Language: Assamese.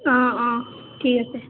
অঁ অঁ ঠিক আছে